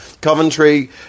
Coventry